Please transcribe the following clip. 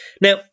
Now